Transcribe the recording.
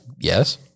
Yes